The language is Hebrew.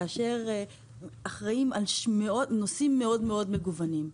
כאשר אנחנו אחראיים על נושאים מאוד-מאוד מגוונים.